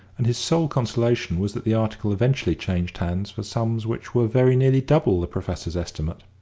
and his sole consolation was that the article eventually changed hands for sums which were very nearly double the professor's estimate.